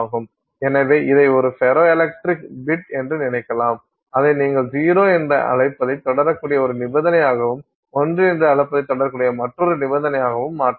எனவே இதை ஒரு ஃபெரோ எலக்ட்ரிக் பிட் என்று நினைக்கலாம் அதை நீங்கள் 0 என அழைப்பதைத் தொடரக்கூடிய ஒரு நிபந்தனையாகவும் 1 என அழைப்பதைத் தொடரக்கூடிய மற்றொரு நிபந்தனையாகவும் மாற்றலாம்